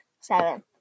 Seven